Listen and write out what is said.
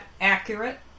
accurate